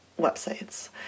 websites